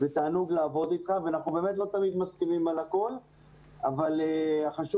תענוג לעבוד איתך ואנחנו באמת לא תמיד מסכימים על הכול אבל החשוב